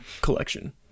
collection